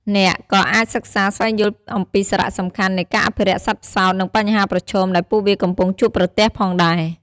អ្នកក៏អាចសិក្សាស្វែងយល់អំពីសារៈសំខាន់នៃការអភិរក្សសត្វផ្សោត និងបញ្ហាប្រឈមដែលពួកវាកំពុងជួបប្រទះផងដែរ ។